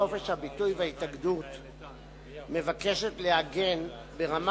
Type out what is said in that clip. חופש הביטוי וההתאגדות מבקשת לעגן ברמה